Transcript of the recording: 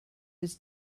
was